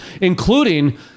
including